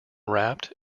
wrapped